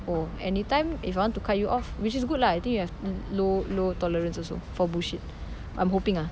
oh anytime if I want to cut you off which is good lah I think you have l~ low low tolerance also for bullshit I'm hoping ah